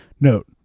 Note